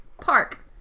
park